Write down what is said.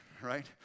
right